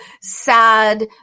sad